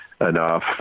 Enough